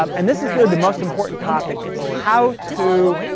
um and this is really the most important topic. it's how to